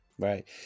Right